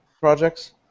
projects